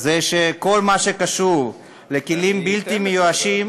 זה שבכל מה שקשור לכלים בלתי מאוישים